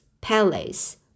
Palace